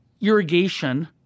irrigation